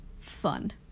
fun